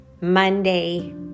Monday